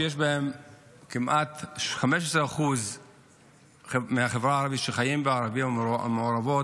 שיש כמעט 15% מהחברה הערבית שחיים בערים המעורבות,